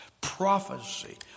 Prophecy